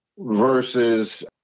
versus